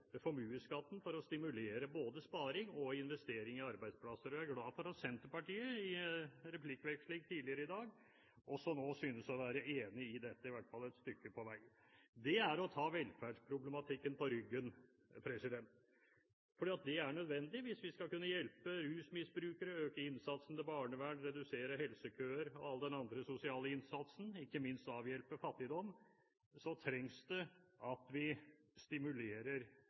formuesskatten for å stimulere både sparing og investering i arbeidsplasser. Jeg er glad for at Senterpartiet i en replikkveksling tidligere i dag nå synes å være enig i dette, i hvert fall et stykke på vei. Det er å ta velferdsproblematikken på ryggen, for det er nødvendig hvis vi skal kunne hjelpe rusmiddelmisbrukere, øke innsatsen i barnevernet, redusere helsekøer, øke all annen sosial innsats og ikke minst avhjelpe fattigdom. Til dette trengs at vi stimulerer